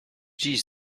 dziś